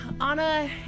Anna